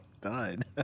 died